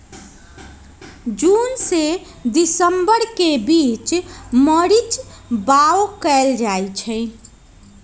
जून से दिसंबर के बीच मरीच बाओ कएल जाइछइ